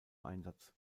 einsatz